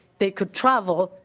they could travel.